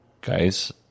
guys